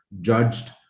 judged